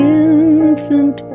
infant